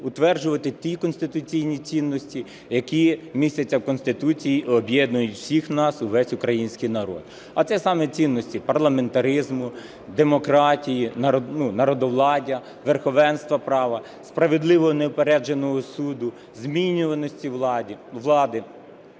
утверджувати ті конституційні цінності, які містяться в Конституції, об'єднують всіх нас, весь український народ. А це саме цінності парламентаризму, демократії, народовладдя, верховенства права, справедливого неупередженого суду, змінюваності влади.